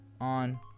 on